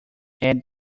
add